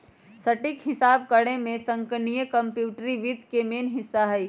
सटीक हिसाब करेमे संगणकीय कंप्यूटरी वित्त के मेन हिस्सा हइ